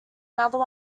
another